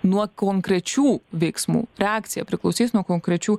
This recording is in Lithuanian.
nuo konkrečių veiksmų reakcija priklausys nuo konkrečių